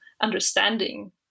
understanding